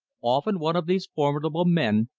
often one of these formidable men,